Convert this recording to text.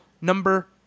number